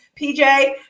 PJ